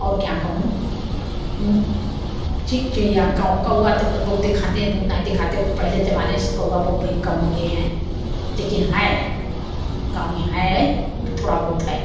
और क्यां कहूँ चिड़िया कौआ तो बहुत देखाते हैं बहुत नहीं देखाते तो पहले जमाने से कौआ वही कम हो गए हैं लेकिन है कम है थोड़ा बहुत है